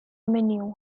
menu